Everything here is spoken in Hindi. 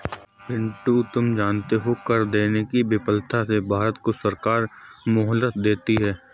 पिंटू तुम जानते हो कर देने की विफलता से भारत सरकार कुछ मोहलत देती है